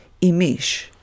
Imish